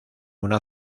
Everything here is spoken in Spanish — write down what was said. una